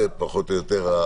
מתי ההצבעה?